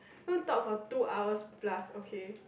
not talk for two hours plus okay